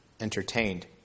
entertained